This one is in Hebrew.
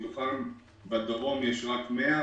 מתוכם בדרום יש רק 100,